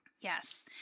yes